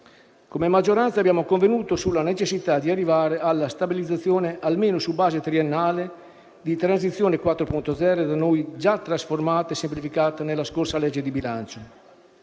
come maggioranza abbiamo convenuto sulla necessità di arrivare alla stabilizzazione - almeno su base triennale - di transizione 4.0, da noi già trasformata e semplificata nella scorsa legge di bilancio.